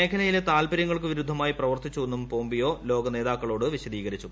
മേഖലയിലെ താൽപ്പര്യങ്ങൾക്ക് വിരുദ്ധമായി പ്രവർത്തിച്ചുവെന്നും പോംപിയോ ലോകനേതാക്കളോട് വിശദീകരിച്ചു